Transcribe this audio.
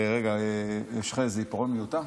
יש לך עיפרון מיותר?